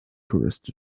tourist